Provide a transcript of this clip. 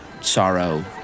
sorrow